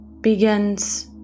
begins